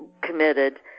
committed